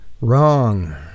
wrong